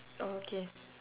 oh okay